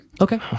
Okay